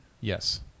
Yes